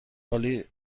عالی